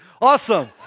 Awesome